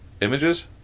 Images